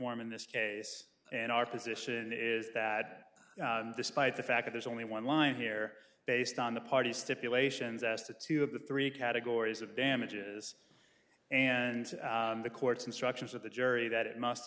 form in this case and our position is that despite the fact there's only one line here based on the party stipulations as to two of the three categories of damages and the court's instructions that the jury that it must